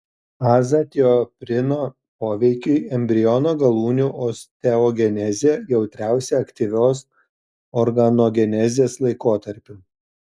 azatioprino poveikiui embriono galūnių osteogenezė jautriausia aktyvios organogenezės laikotarpiu